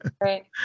Right